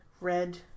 red